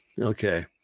Okay